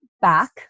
back